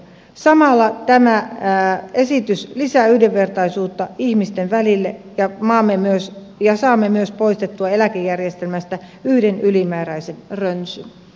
samalla tämä esitys lisää yhdenvertaisuutta ihmisten välille ja saamme myös poistettua eläkejärjestelmästä yhden ylimääräisen röns